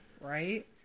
Right